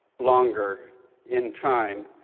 longer in time,